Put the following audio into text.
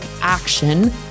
action